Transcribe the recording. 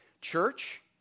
Church